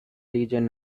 legion